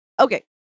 Okay